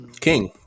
King